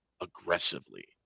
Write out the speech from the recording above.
aggressively